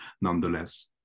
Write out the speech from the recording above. nonetheless